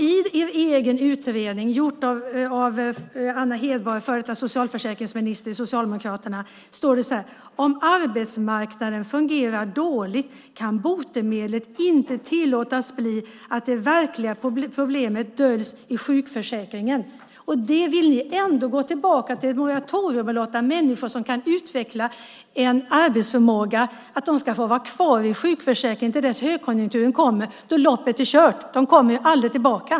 I er egen utredning - gjord av Anna Hedborg, före detta socialförsäkringsminister för Socialdemokraterna - står det: Om arbetsmarknaden fungerar dåligt kan inte botemedlet tillåtas bli att det verkliga problemet döljs i sjukförsäkringen. Ni vill ändå gå tillbaka till ett moratorium och låta människor som kan utveckla en arbetsförmåga få vara kvar i sjukförsäkringen till dess att högkonjunkturen kommer och loppet är kört. De kommer ju aldrig tillbaka.